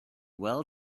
well